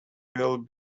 will